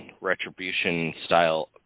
retribution-style